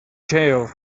jail